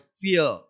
fear